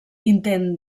intent